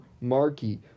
Markey